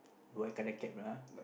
white colour cap lah